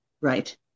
right